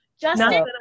Justin